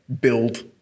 build